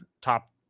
top